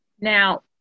now